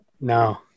No